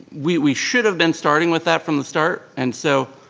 we we should have been starting with that from the start and so